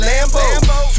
Lambo